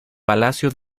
palacio